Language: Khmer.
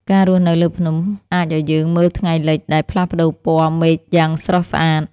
ការរស់នៅលើភ្នំ អាចឲ្យយើងមើលថ្ងៃលិចដែលផ្លាស់ប្តូរពណ៌មេឃយ៉ាងស្រស់ស្អាត។